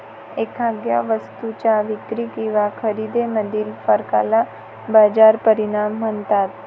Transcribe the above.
एखाद्या वस्तूच्या विक्री किंवा खरेदीमधील फरकाला बाजार परिणाम म्हणतात